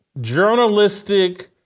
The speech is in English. journalistic